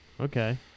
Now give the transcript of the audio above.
Okay